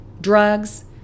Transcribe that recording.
drugs